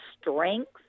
strengths